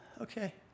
Okay